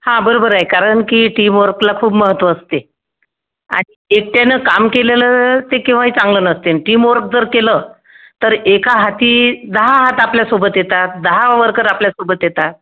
हां बरोबर आहे कारण की टीमवर्कला खूप महत्त्व असते एकट्यानं काम केलेलं ते केव्हाही चांगलं नसते ना टीमवर्क जर केलं तर एका हाती दहा हात आपल्यासोबत येतात दहा वर्कर आपल्यासोबत येतात